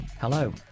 Hello